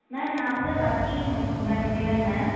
ma'am நான் வந்து working women women ma'am